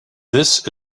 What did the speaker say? this